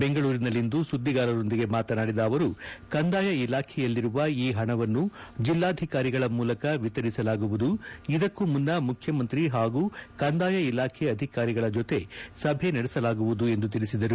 ಬೆಂಗಳೂರಿನಲ್ಲಿಂದು ಸುದ್ದಿಗಾರರೊಂದಿಗೆ ಮಾತನಾಡಿದ ಅವರುಕಂದಾಯ ಇಲಾಖೆಯಲ್ಲಿರುವ ಈ ಹಣವನ್ನು ವಿತರಿಸಲಾಗುವುದುಇದಕ್ಕೂ ಮುನ್ನ ಮುಖ್ಯಮಂತ್ರಿ ಹಾಗೂ ಕಂದಾಯ ಇಲಾಖೆ ಅಧಿಕಾರಿಗಳ ಜೊತೆಗೆ ಸಭೆ ನಡೆಸಲಾಗುವುದು ಎಂದು ತಿಳಿಸಿದರು